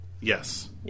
Yes